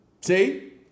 See